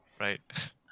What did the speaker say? right